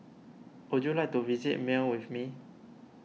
would you like to visit Male with me